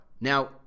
Now